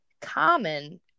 common